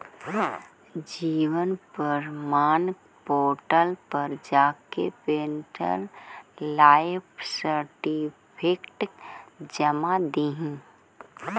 जीवन प्रमाण पोर्टल पर जाके पेंशनर लाइफ सर्टिफिकेट जमा दिहे